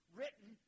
written